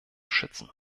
schützen